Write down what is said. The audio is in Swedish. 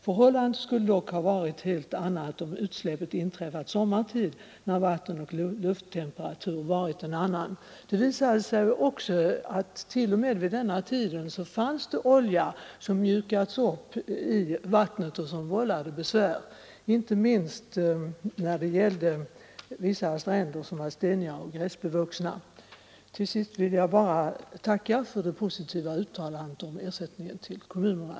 Förhållandet skulle dock ha varit ett helt annat om utsläppet inträffat sommartid när vattenoch lufttemperatur varit en annan.” Det visade sig också att t.o.m. vid denna tid fanns det olja som hade mjukats upp av vattnet och vållat besvär, inte minst på vissa steniga och gräsbevuxna stränder. Till sist vill jag bara tacka för det positiva uttalandet om ersättningen till kommunerna.